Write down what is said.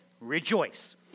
rejoice